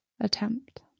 attempt